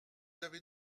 avez